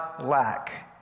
lack